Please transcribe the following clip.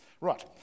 Right